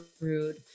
rude